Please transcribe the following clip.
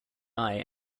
eye